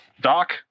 Doc